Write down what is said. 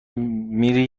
میره